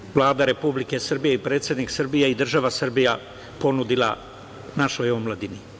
To je Vlada Republike Srbije i predsednik Srbije i država Srbija ponudila našoj omladini.